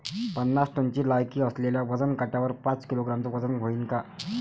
पन्नास टनची लायकी असलेल्या वजन काट्यावर पाच किलोग्रॅमचं वजन व्हईन का?